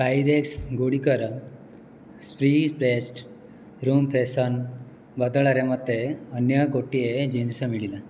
Pyrex ଗୁଡ଼ିକର spring fest room freshener ବଦଳରେ ମୋତେ ଅନ୍ୟ ଗୋଟିଏ ଜିନିଷ ମିଳିଲା